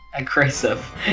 Aggressive